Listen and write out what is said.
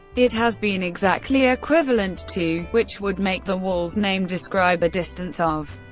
it has been exactly equivalent to, which would make the wall's name describe a distance of.